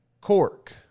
Cork